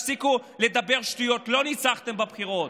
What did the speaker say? ותפסיקו לדבר שטויות, לא ניצחתם בבחירות.